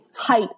height